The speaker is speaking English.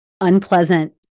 unpleasant